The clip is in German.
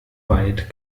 weit